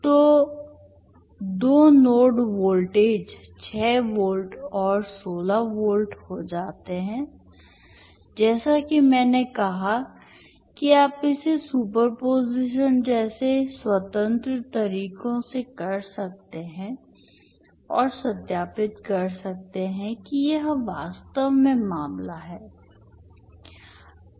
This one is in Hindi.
तो कि दो नोड वोल्टेज 6 वोल्ट और 16 वोल्ट हो जाते हैं जैसा कि मैंने कहा कि आप इसे सुपर पोजीशन जैसे स्वतंत्र तरीकों से कर सकते हैं और सत्यापित कर सकते हैं कि यह वास्तव में मामला है